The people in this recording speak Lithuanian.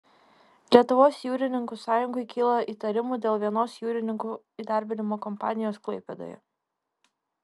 lietuvos jūrininkų sąjungai kyla įtarimų dėl vienos jūrininkų įdarbinimo kompanijos klaipėdoje